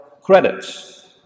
credits